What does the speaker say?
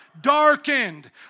darkened